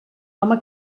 home